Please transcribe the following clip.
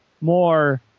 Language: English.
more